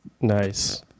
nice